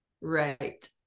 Right